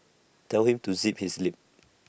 tell him to zip his lip